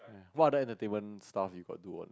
what other entertainment stuff you got do on the